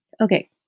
Okay